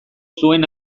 zuen